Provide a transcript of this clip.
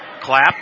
Clap